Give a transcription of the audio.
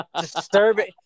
disturbing